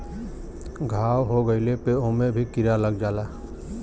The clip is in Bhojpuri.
घाव हो गइले पे ओमे भी कीरा लग जाला